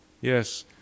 Yes